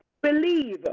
believe